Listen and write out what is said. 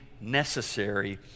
necessary